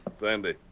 Sandy